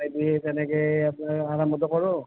বাকী তেনেকৈ আপোনাৰ আৰম্ভটো কৰোঁ